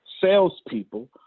salespeople